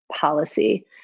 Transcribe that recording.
policy